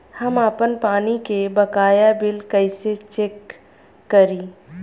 हम आपन पानी के बकाया बिल कईसे चेक करी?